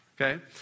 okay